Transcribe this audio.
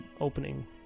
opening